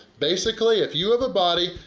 basically if you have a body,